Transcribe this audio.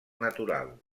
natural